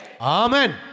Amen